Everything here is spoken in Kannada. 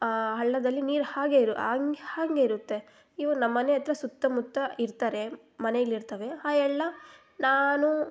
ಆ ಹಳ್ಳದಲ್ಲಿ ನೀರು ಹಾಗೆ ಇರು ಹಾಂಗ್ ಹಾಂಗೆ ಇರುತ್ತೆ ಇವ್ರು ನಮ್ಮನೆಯಹತ್ರ ಸುತ್ತಮುತ್ತ ಇರ್ತಾರೆ ಮನೆಯಲ್ಲಿರ್ತಾವೆ ಆ ಎಲ್ಲ ನಾನು